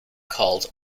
called